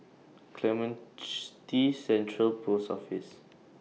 Clementi Central Post Office